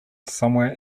somewhere